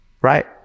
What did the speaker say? Right